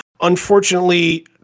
Unfortunately